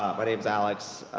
um but name's alex.